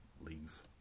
Leagues